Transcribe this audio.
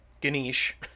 Ganesh